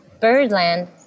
Birdland